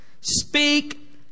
speak